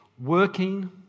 working